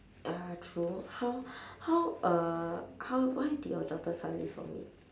ah true how how uh how why did your daughter suddenly vomit